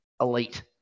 elite